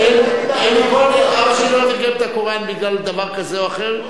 אבא שלי לא תרגם את הקוראן בגלל דבר כזה או אחר.